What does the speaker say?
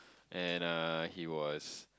and uh he was